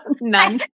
None